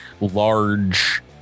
large